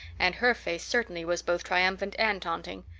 and her face certainly was both triumphant and taunting.